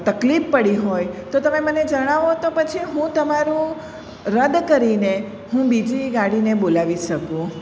તકલીફ પડી હોય તો તમે મને જણાવો તો પછી હું તમારું રદ કરીને હું બીજી ગાડીને બોલાવી શકું